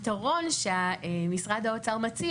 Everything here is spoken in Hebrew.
הפתרון שמשרד האוצר מציע,